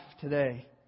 today